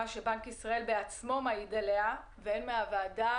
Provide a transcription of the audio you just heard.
שבנק ישראל בעצמו מעיד עליה והן מהוועדה,